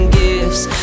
gifts